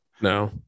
No